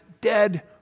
dead